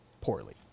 poorly